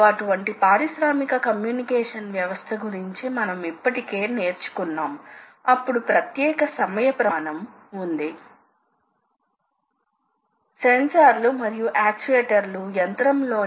అయితే ఈ సందర్భంలో మనం గమనించింది ఒక కుదురు ద్వారా తిప్పబడే వర్క్ పీస్ అదే సమయంలో రెక్టిలీనియార్ మోషన్ తో కూడిన ఒక సాధనం అని